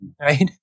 right